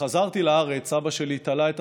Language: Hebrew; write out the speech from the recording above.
כשחזרתי לארץ סבא שלי תלה בידיים רועדות